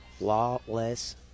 Lawless